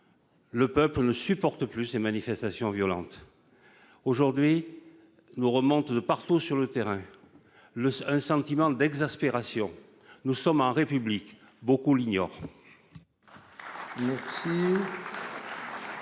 le peuple ne supporte plus ces manifestations violentes. Aujourd'hui remonte du terrain un sentiment d'exaspération. Nous sommes en République, beaucoup l'ignorent.